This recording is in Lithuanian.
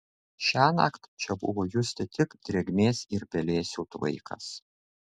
šiąnakt čia buvo justi tik drėgmės ir pelėsių tvaikas